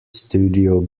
studio